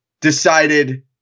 decided